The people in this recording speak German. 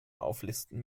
auflisten